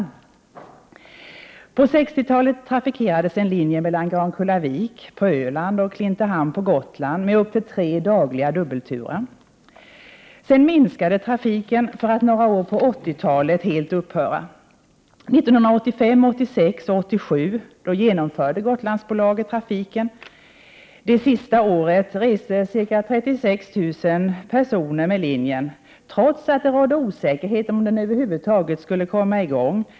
På 1960-talet trafikerades en linje mellan Grankullavik på Öland och Klintehamn på Gotland med upp till tre dagliga dubbelturer. Sedan minskade trafiken för att några år på 1980-talet helt upphöra. 1985, 1986 och 1987 genomförde Gotlandsbolaget trafiken. Det sista året reste ca 36 000 människor med linjen, trots att det rådde osäkerhet om ifall den över huvud taget skulle komma i gång.